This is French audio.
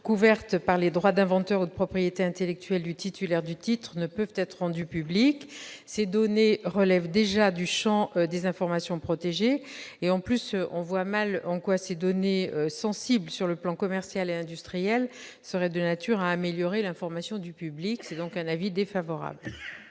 couvertes par le droit d'inventeur ou de propriété intellectuelle du titulaire du titre ne peuvent être rendues publiques. Ces données relèvent déjà du champ des informations protégées. Par ailleurs, on voit mal en quoi ces éléments, sensibles sur le plan commercial et industriel, seraient de nature à améliorer l'information du public. L'avis de